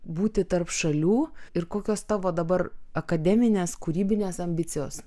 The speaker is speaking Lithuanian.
būti tarp šalių ir kokios tavo dabar akademinės kūrybinės ambicijos